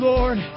Lord